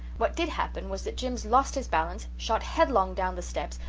what did happen was that jims lost his balance, shot headlong down the steps,